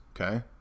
okay